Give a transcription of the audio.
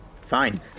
Fine